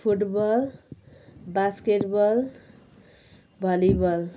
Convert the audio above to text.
football basketball volleyball